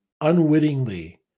unwittingly